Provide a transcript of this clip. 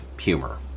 humor